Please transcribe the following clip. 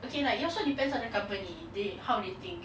okay like it also depends on the company they how they think